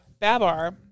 Babar